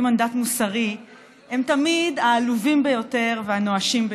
מנדט מוסרי הם תמיד העלובים ביותר והנואשים ביותר.